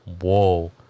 whoa